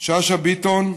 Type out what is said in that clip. שאשא ביטון,